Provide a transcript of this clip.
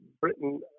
britain